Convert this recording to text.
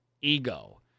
ego